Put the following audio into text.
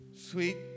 sweet